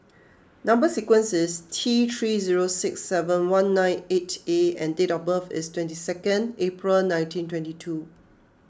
Number Sequence is T three zero six seven one nine eight A and date of birth is twenty second April nineteen twenty two